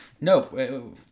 no